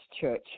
church